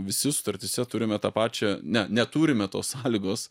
visi sutartyse turime tą pačią ne neturime tos sąlygos